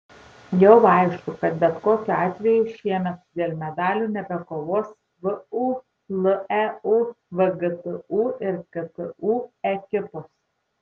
jau aišku kad bet kokiu atveju šiemet dėl medalių nebekovos vu leu vgtu ir ktu ekipos